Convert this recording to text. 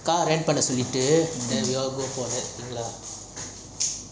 car run பண்ண சொல்லிட்டு:panna solitu then we all go for that